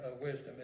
wisdom